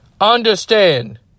understand